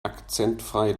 akzentfrei